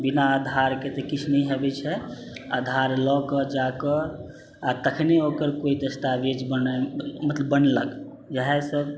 बिना आधारके तऽ किछु नहि होइत छै आधार लऽ कऽ जाकऽ आ तखने ओकर कोइ दस्तावेज बनैया मतलब बनलक इएह सब